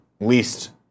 least